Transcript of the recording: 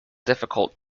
difficult